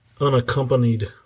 unaccompanied